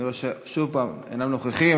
אני רואה שוב שהם אינם נוכחים.